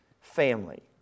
family